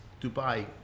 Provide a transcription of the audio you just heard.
Dubai